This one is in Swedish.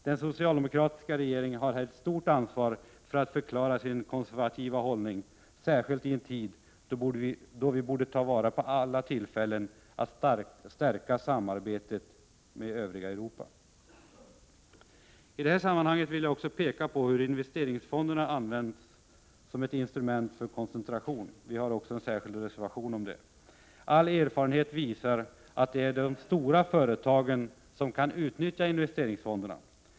Den socialdemokratiska regeringen har ett stort ansvar för att förklara sin konservativa hållning, särskilt i en tid då vi borde ta vara på alla tillfällen för att stärka samarbetet med det övriga Europa. I detta sammanhang vill jag också peka på hur investeringsfonderna används som ett instrument för koncentration — vi har en särskild reservation om detta. All erfarenhet visar att det är de stora företagen som kan utnyttja investeringsfonderna.